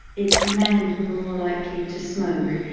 it's men who are more likely to smoke,